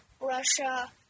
Russia